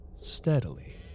steadily